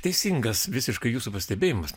teisingas visiškai jūsų pastebėjimas